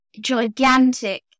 gigantic